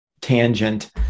tangent